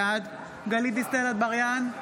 בעד גלית דיסטל אטבריאן,